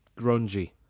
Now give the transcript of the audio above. Grungy